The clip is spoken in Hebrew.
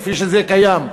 כפי שזה קיים.